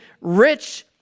rich